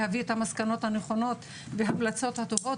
להביא את המסקנות הנכונות וההמלצות הטובות